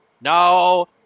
No